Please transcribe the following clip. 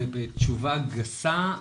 בתשובה גסה,